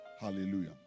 Hallelujah